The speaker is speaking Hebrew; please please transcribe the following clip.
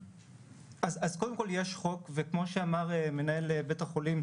אז קודם כל יש חוק וכמו שאמר, מנהל בית החולים,